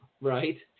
right